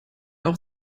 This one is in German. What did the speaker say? auch